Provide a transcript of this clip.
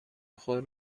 خود